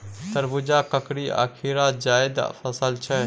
तरबुजा, ककरी आ खीरा जाएद फसल छै